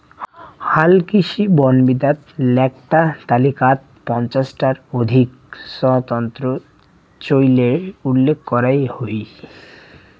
হালকৃষি বনবিদ্যাত এ্যাকটা তালিকাত পঞ্চাশ টার অধিক স্বতন্ত্র চইলের উল্লেখ করাং হই